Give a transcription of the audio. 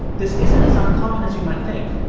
this isn't as uncommon as you might think.